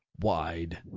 wide